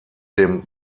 dem